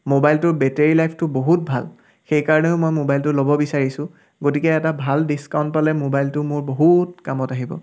মোবাইলটোৰ বেটেৰী লাইফটো বহুত ভাল সেইকাৰণেও মই মোবাইলটো ল'ব বিচাৰিছোঁ গতিকে এটা ভাল ডিছকাউণ্ট পালে মোবাইলটো মোৰ বহুত কামত আহিব